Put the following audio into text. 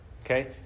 Okay